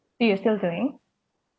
so you're still doing